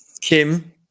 Kim